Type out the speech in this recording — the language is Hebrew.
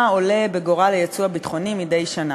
מה עולה בגורל היצוא הביטחוני מדי שנה.